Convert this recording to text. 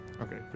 Okay